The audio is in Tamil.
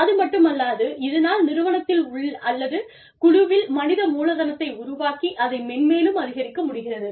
அதுமட்டுமல்லாது இதனால் நிறுவனத்தில் அல்லது குழுவில் மனித மூலதனத்தை உருவாக்கி அதை மென்மேலும் அதிகரிக்க முடிகிறது